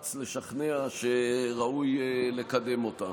מאמץ לשכנע שראוי לקדם אותה.